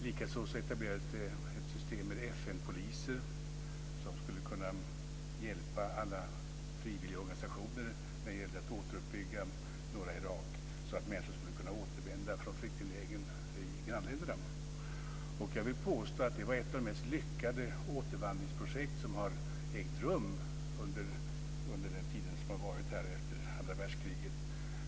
Likaså etablerades det ett system med FN-poliser som skulle kunna hjälpa alla frivilligorganisationer när det gällde att återuppbygga norra Irak, så att människor skulle kunna återvända från flyktinglägren i grannländerna. Jag vill påstå att det var ett av de mest lyckade återvandringsprojekt som har ägt rum under den tid som har varit efter andra världskriget.